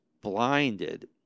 blinded